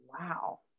wow